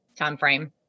timeframe